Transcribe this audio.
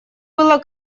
было